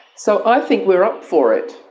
so i think we are up for it.